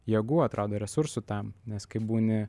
jėgų atrodo resursų tam nes kai būni